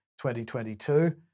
2022